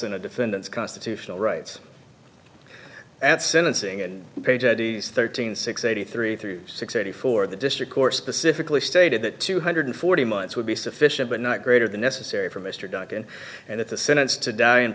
than a defendant's constitutional rights at sentencing and page id's thirteen six eighty three three six eighty four the district court specifically stated that two hundred forty months would be sufficient but not greater than necessary for mr duncan and if the sentence to die in